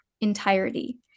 entirety